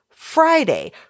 Friday